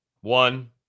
One